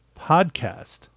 Podcast